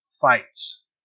Fights